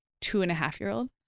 two-and-a-half-year-old